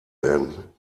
werden